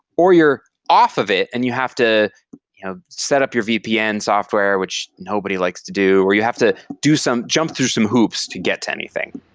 or you're off of it and you have to set up your vpn software, which nobody likes to do or you have to do some jump through some hoops to get to anything,